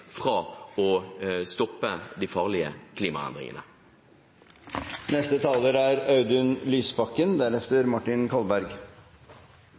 å stoppe de farlige klimaendringene.